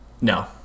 No